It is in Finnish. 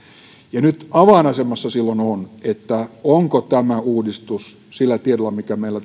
avainasemassa silloin on onko tämä uudistus sillä tiedolla mikä meillä